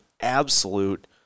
absolute